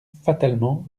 fatalement